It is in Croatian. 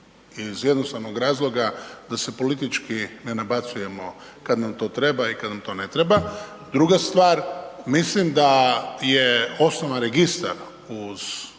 iz jednostavnog razloga da se politički ne nabacujemo kad nam to treba i kad nam to ne treba. Druga stvar, mislim da je .../Govornik se